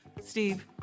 Steve